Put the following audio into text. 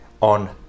on